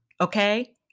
Okay